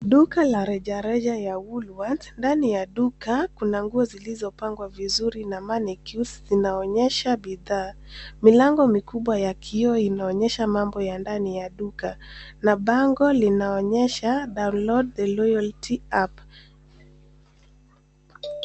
Duka la reja reja ya Woolworths , ndani ya duka kuna nguo zilizo pangwa vizuri na manequins zinaonyesha bidhaa. Milango mikubwa ya kioo inaonyesha mambo ya ndani ya duka na bango lina onyesha download the loyaty app .